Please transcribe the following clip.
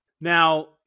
Now